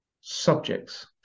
subjects